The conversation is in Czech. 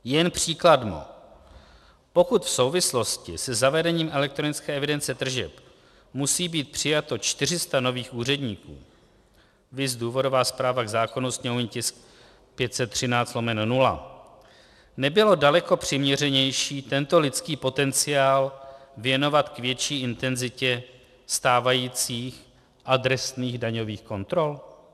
Jen příkladmo: Pokud v souvislosti se zavedením elektronické evidence tržeb musí být přijato 400 nových úředníků, viz důvodová zpráva k zákonu, sněmovní tisk 513/0, nebylo daleko přiměřenější tento lidský potenciál věnovat k větší intenzitě stávajících adresných daňových kontrol?